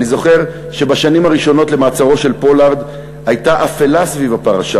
אני זוכר שבשנים הראשונות למעצרו של פולארד הייתה אפלה סביב הפרשה.